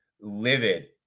livid